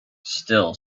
still